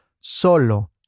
Solo